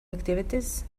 activities